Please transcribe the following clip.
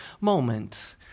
moment